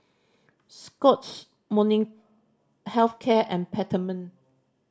Scott's Health Care and Peptamen